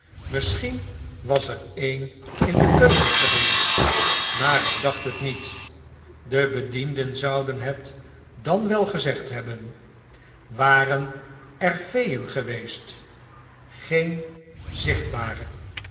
misschien was er een in de keuken geweest maar ik dacht het niet de bedienden zouden het dan wel gezegd hebben waren er feeen geweest green zichtbare